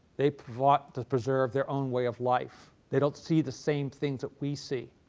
they fought to preserve their own way of life, they don't see the same things that we see.